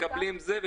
מקבלים זה,